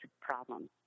problems